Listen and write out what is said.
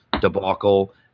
debacle